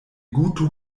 guto